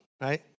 right